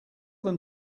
them